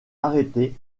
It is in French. arrêté